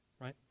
right